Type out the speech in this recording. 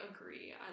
agree